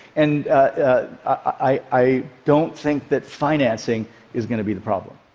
and i don't think that financing is going to be the problem.